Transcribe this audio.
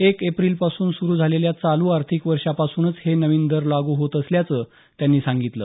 एक एप्रिलपासून सुरू झालेल्या चालू आर्थिक वर्षापासूनच हे नवीन दर लागू होत असल्याचं त्यांनी सांगितलं